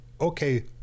Okay